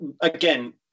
again